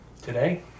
today